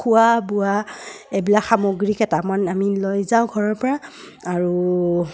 খোৱা বোৱা এইবিলাক সামগ্ৰী কেইটামান আমি লৈ যাওঁ ঘৰৰ পৰা আৰু